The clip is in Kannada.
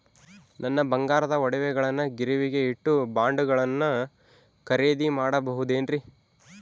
ನನ್ನ ಬಂಗಾರದ ಒಡವೆಗಳನ್ನ ಗಿರಿವಿಗೆ ಇಟ್ಟು ಬಾಂಡುಗಳನ್ನ ಖರೇದಿ ಮಾಡಬಹುದೇನ್ರಿ?